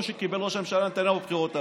שקיבל ראש הממשלה נתניהו בבחירות האחרונות.